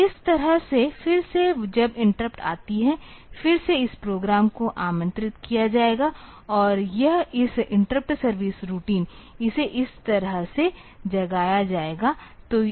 तो इस तरह से फिर से जब इंटरप्ट आती है फिर से इस प्रोग्राम को आमंत्रित किया जाएगा और यह इस इंटरप्ट सर्विस रूटीन इसे इस तरह से जगाया जाएगा